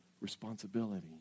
responsibility